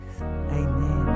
Amen